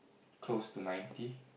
close to ninety